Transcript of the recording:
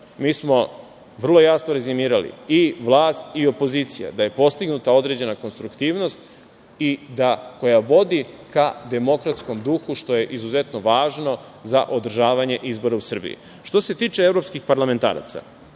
mi smo vrlo jasno rezimirali, i vlast i opozicija, da je postignuta određena konstruktivnost koja vodi ka demokratskom duhu, što j e izuzetno važno za održavanje izbora u Srbiji. Što se tiče evropskih parlamentaraca,